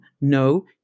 No